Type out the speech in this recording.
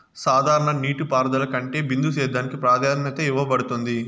సాధారణ నీటిపారుదల కంటే బిందు సేద్యానికి ప్రాధాన్యత ఇవ్వబడుతుంది